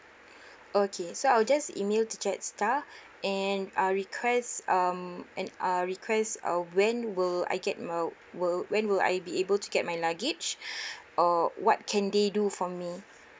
okay so I'll just email to jetstar and I'll request um and I'll request uh when will I get my will when will I be able to get my luggage or what can they do for me